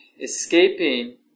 escaping